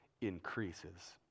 increases